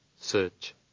search